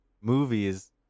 movies